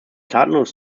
tatenlos